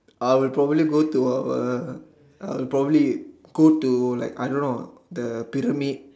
I will probably go to our I will probably go to like I don't know the pyramid